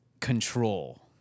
control